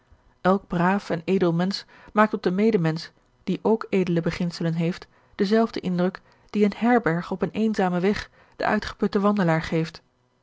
elk braaf en edel mensch maakt op den medemensch die ook edele beginselen heeft denzelfden indruk dien eene herberg op een eenzamen weg den uitgeputten wandelaar geeft